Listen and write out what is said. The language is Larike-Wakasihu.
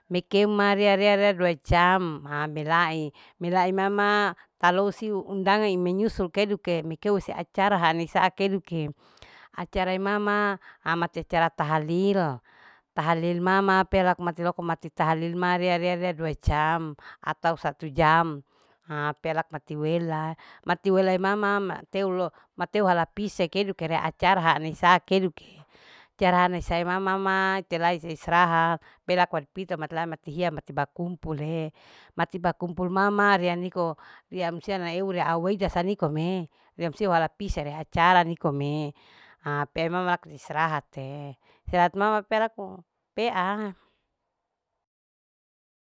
Mikeu ma rea. rea. rea. dua jam milai. milai mama talou siu undanga e menyusul keduke mekeuke se acara hanisa akeduke acara emama ama te cara tahalil, tahalil mama pea loko mati loko mati tahalil ma ria. ria. ria dua jam atau satu jam ha pea lakmati weila mati welai mama teu lo mate halapise ekeduke re acara haane isake dukee acara hanu isae mamaa celai seistirahat paa lako pito mat lambat kehiya mati bakumpulee mati baku kumpul mama ria niko ria iya musia lia una au rei au weja sanikome sio wala pise rea acara niko me ha pe emama laku istirahat teistirahat mama pea laku pea